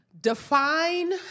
Define